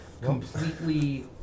completely